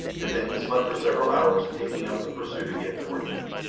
and then he slept for several hours, taking up the pursuit again toward noon.